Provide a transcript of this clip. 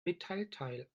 metallteil